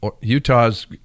Utah's